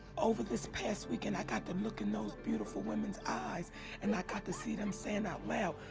over this past weekend, i got to look in those beautiful women's eyes and i got to see them saying out loud,